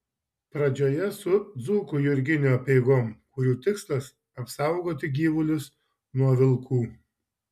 pradžioje su dzūkų jurginių apeigom kurių tikslas apsaugoti gyvulius nuo vilkų